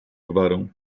gwarą